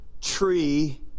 tree